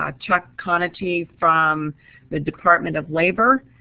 um chuck conaty from the department of labor